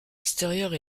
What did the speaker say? extérieurs